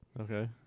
Okay